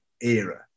era